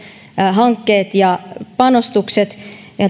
hankkeet ja panostukset